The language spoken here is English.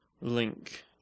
link